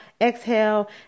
exhale